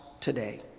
today